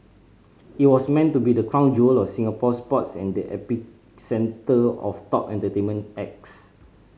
it was meant to be the crown jewel of Singapore sports and the epicentre of top entertainment acts